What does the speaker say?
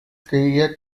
creía